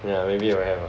ya maybe you will have ah